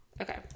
Okay